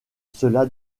cela